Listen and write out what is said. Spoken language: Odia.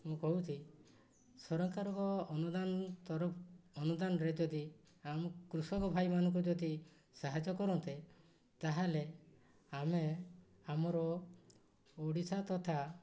ମୁଁ କହୁଛି ସରକାରଙ୍କ ଅନୁଦାନ ତରଫ ଅନୁଦାନରେ ଯଦି ଆମ କୃଷକ ଭାଇମାନଙ୍କୁ ଯଦି ସାହାଯ୍ୟ କରନ୍ତେ ତାହେଲେ ଆମେ ଆମର ଓଡ଼ିଶା ତଥା